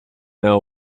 know